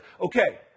okay